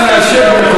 לעשות למען עם ישראל.